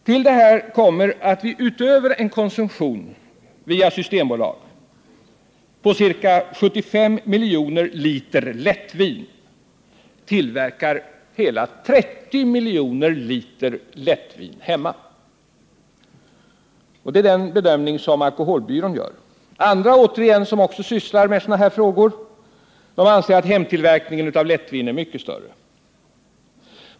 Till detta kommer att vi utöver en konsumtion via systembolag på ca 75 miljoner liter lättvin tillverkar hela 30 miljoner liter lättvin hemma. Det är den bedömning som alkoholbyrån gör. Andra återigen, som också sysslar med alkoholpolitiska frågor, anser att hemtillverkningen av lättvin är mycket större.